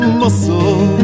muscle